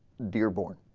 dearborn